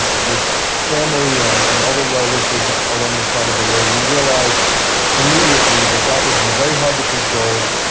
with family and and other well-wishers along the side of the road. we realize immediately that that would be very hard to control.